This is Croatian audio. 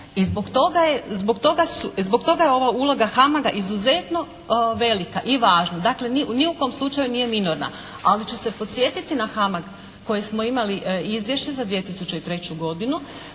i zbog toga je ova uloga "Hamaga" izuzetno velika i važna. Dakle, ni u kom slučaju nije minorna, ali ću se podsjetiti na "Hamag" koje smo imali izvješće za 2003. godinu